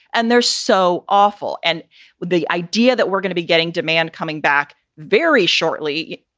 and they're so awful. and with the idea that we're gonna be getting demand coming back very shortly,